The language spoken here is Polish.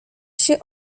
się